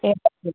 ए हजुर